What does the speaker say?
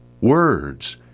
words